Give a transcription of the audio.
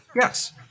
yes